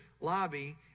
lobby